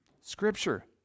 Scripture